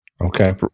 Okay